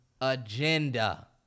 agenda